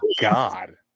God